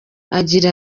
agira